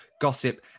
gossip